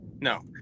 No